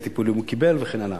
איזה טיפולים הוא קיבל וכן הלאה.